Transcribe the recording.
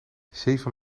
zeven